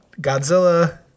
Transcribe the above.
Godzilla